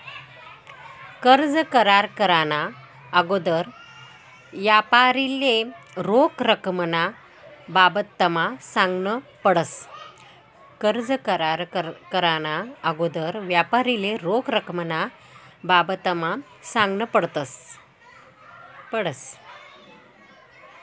कर्ज करार कराना आगोदर यापारीले रोख रकमना बाबतमा सांगनं पडस